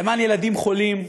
למען ילדים חולים,